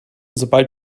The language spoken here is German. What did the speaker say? sobald